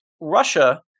Russia